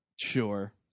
Sure